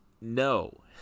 no